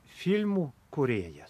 filmų kūrėjas